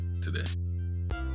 today